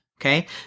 Okay